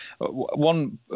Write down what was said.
One